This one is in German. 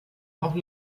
auch